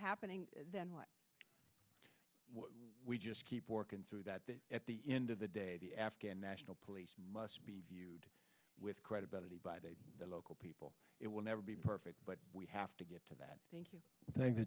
happening then what we just keep working through that at the end of the day the afghan national police must be with credibility by the local people it will never be perfect but we have to get to that thank you thank